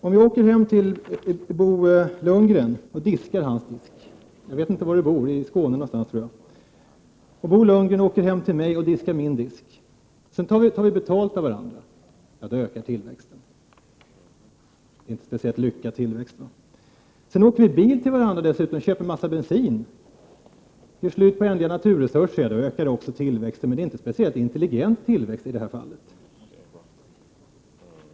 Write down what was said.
Om jag åker hem till Bo Lundgren, i Skåne någonstans, och diskar hans disk, och Bo Lundgren åker hem till mig och diskar min disk, och vi tar betalt av varandra, då ökar tillväxten. Inte speciellt lyckad tillväxt, vad? Åker vi bil till varandra, så köper vi en massa bensin och gör slut på ändliga naturresurser. Då ökar tillväxten, men det är inte speciellt intelligent tillväxt i det här fallet.